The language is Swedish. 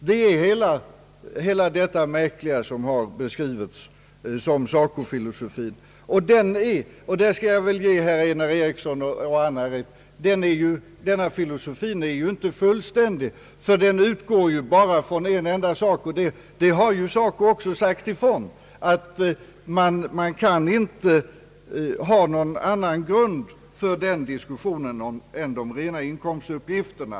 Det är detta som nu beskrivs som SACO-filosofi. Jag ger herr Einar Eriksson rätt i att denna filosofi inte är fullständig därför att den utgår ju bara från en enda sak, nämligen inkomstsiffrorna. SACO har ju också sagt ifrån att man inte kan ha någon annan grund för denna diskussion än de rena inkomstuppgifterna.